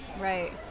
right